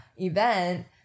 event